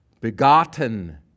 Begotten